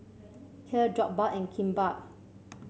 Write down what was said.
Kheer Jokbal and Kimbap